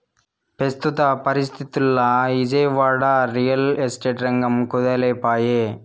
పెస్తుత పరిస్తితుల్ల Vijayawada, real estate రంగం కుదేలై పాయె